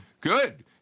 Good